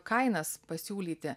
kainas pasiūlyti